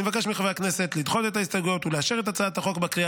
אני מבקש מחברי הכנסת לאשר את הצעת החוק בקריאה